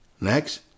Next